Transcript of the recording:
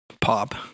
pop